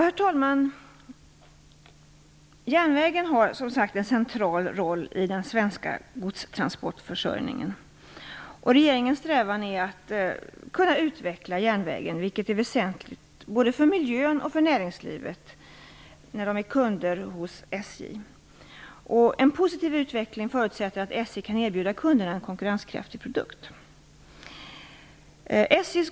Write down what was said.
Herr talman! Järnvägen har en central roll i den svenska godstransportförsörjningen. Regeringens strävan är att ytterligare kunna utveckla järnvägen. Det är väsentligt för miljön och för näringslivet i dess egenskap av kund till SJ. En positiv utveckling förutsätter att SJ kan erbjuda kunderna en konkurrenskraftig produkt.